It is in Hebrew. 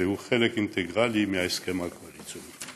והוא חלק אינטגרלי מההסכם הקואליציוני.